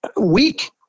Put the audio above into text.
weak